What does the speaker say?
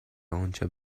آنچه